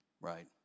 right